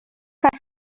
are